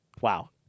Wow